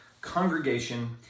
congregation